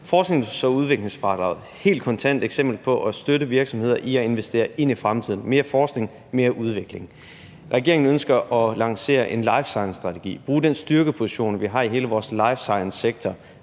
Forsknings- og udviklingsfradraget er et helt kontant eksempel på at støtte virksomheder i at investere ind i fremtiden: mere forskning, mere udvikling. Regeringen ønsker at lancere en life science-strategi, bruge den styrkeposition, vi har i hele vores life science-sektor,